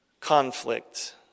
conflict